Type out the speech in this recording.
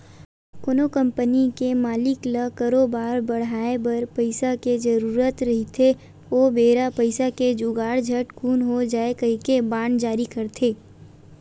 कोनो कंपनी के मालिक ल करोबार बड़हाय बर पइसा के जरुरत रहिथे ओ बेरा पइसा के जुगाड़ झटकून हो जावय कहिके बांड जारी करथे